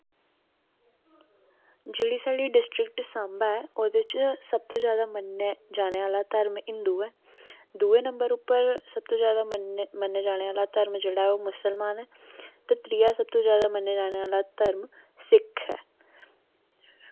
जेह्ड़ी साढ़ी डिस्ट्रिक्ट सांबा ऐ ओह्दे च सब्भ तो जैदा मन्ने जाने आह्ला धरम हिंदू ऐ दूए नंबर उप्पर सब्भ तो जैदा मन्ने मन्ने जाने आह्ला धरम जेह्ड़ा ऐ ओह् मुसलमान ऐ ते त्रिया सब्भ तो जैदा मन्ने जाने आह्ला धरम सिख ऐ